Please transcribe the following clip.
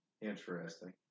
interesting